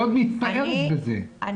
מתפארת בזה.